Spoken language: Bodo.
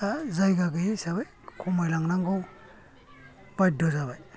दा जायगा गैयै हिसाबै खमायलांनांगौ बायद' जाबाय